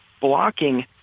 blocking